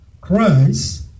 Christ